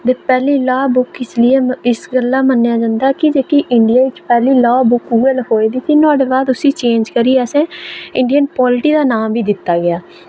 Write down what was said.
ते पैह्ली लाह् बुक इस लेई इस गल्ला मन्नेआ जंदा ऐ कि जेह्की इंडिया च पैह्ली लाह् बुक उ'ऐ लखोई दी ही फ्ही उस्सी नुआढ़े बाद उस्सी चेंज करियै असें इंडियन पॉलिटी दा नाम बी दित्ता गेआ